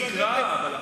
תקרא אבל,